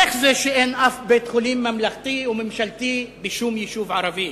איך זה שאין אף בית-חולים ממלכתי וממשלתי בשום יישוב ערבי?